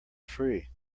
free